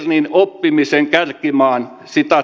niin oppimisen kärkimaan sitä